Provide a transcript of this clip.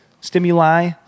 stimuli